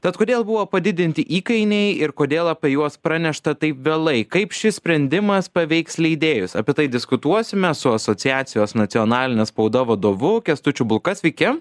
tad kodėl buvo padidinti įkainiai ir kodėl apie juos pranešta taip vėlai kaip šis sprendimas paveiks leidėjus apie tai diskutuosime su asociacijos nacionalinė spauda vadovu kęstučiu bulka sveiki